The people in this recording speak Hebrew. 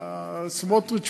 סמוטריץ,